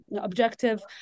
objective